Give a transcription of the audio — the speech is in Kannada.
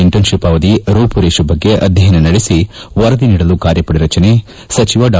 ಇಂಟರ್ನ್ತಿಪ್ ಅವಧಿ ರೂಪುರೇಷೆ ಬಗ್ಗೆ ಅಧ್ಯಯನ ನಡೆಸಿ ವರದಿ ನೀಡಲು ಕಾರ್ಯಪಡೆ ರಚನೆ ಸಚಿವ ಡಾ